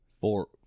Four